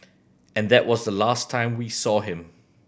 and that was the last time we saw him